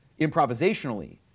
improvisationally